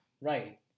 Right